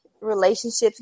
relationships